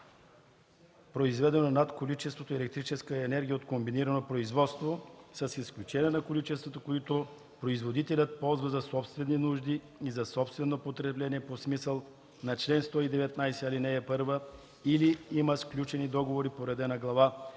произведено над количеството електрическа енергия от комбинирано производство, с изключение на количествата, които производителят ползва за собствени нужди и за собствено потребление по смисъла на чл. 119, ал. 1 или има сключени договори по реда на Глава